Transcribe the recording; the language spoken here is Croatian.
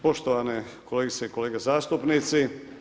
Poštovane kolegice i kolege zastupnici.